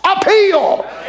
appeal